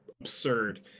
absurd